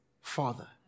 Father